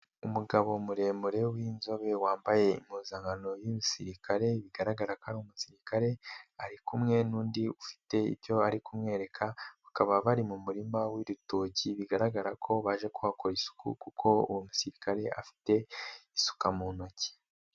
Umugabo muremure w'inzobe wambaye impuzankano y'igisirikare bigaragara ko ari umusirikare, ari kumwe n'undi ufite ibyo ari kumwereka, bakaba bari mu murima w'ibitoki bigaragara ko baje kuhakora isuku kuko uwo musirikare afite isuka mu ntoki.